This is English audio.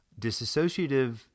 disassociative